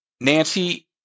Nancy